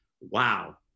wow